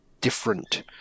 different